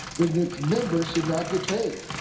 then its members should not get paid.